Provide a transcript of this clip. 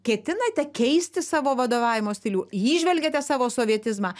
ketinate keisti savo vadovavimo stilių įžvelgiate savo sovietizmą